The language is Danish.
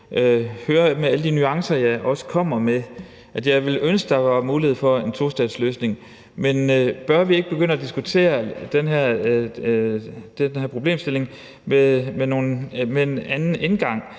hører alle de nuancer, jeg også kommer med. Jeg ville ønske, der var mulighed for en tostatsløsning, men bør vi ikke begynde at diskutere den her problemstilling med en anden indgang